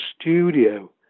studio